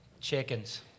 chickens